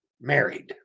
married